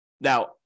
Now